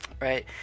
right